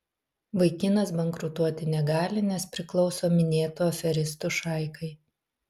vaikinas bankrutuoti negali nes priklauso minėtų aferistų šaikai